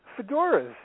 fedoras